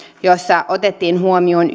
jossa otettiin huomioon